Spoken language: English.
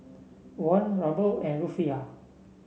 Won Ruble and Rufiyaa